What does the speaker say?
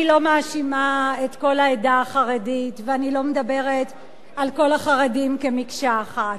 אני לא מאשימה את כל העדה החרדית ואני לא מדברת על כל החרדים כמקשה אחת.